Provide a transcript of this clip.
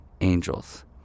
angels